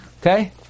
Okay